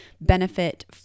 benefit